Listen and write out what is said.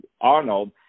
Arnold